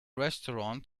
restaurant